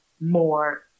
more